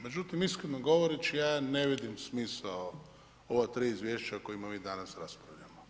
Međutim, iskreno govoreći ja ne vidim smisao ova tri izvješća o kojima mi danas raspravljamo.